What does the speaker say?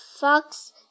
fox